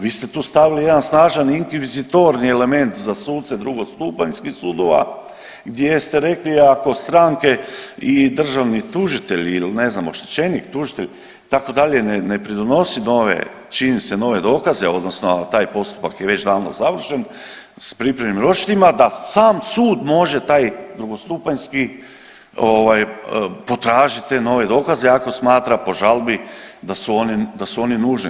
Vi ste tu stavili jedan snažan inkvizitorni element za suce drugostupanjskih sudova gdje ste rekli ako stranke i državni tužitelji ili ne znam oštećenik, tužitelj itd. ne pridonosi nove činjenice, nove dokaze odnosno taj postupak je već davno završen s pripremnim ročištima da sam sud može taj drugostupanjski potražiti te nove dokaze ako smatra po žalbi da su oni nužni.